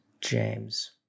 James